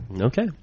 Okay